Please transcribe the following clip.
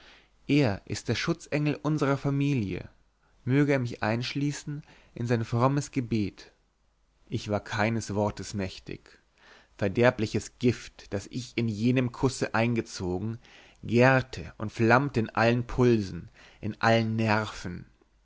er ist der schutzengel unserer familie möge er mich einschließen in sein frommes gebet ich war keines wortes mächtig verderbliches gift das ich in jenem kusse eingezogen gärte und flammte in allen pulsen in allen nerven